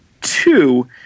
two